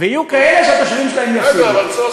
רגע.